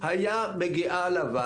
ואז הוא ראה שמותג שהוא בנה מגיע לישראל